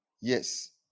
Yes